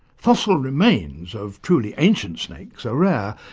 fossil remains of truly ancient snakes are rare,